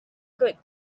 got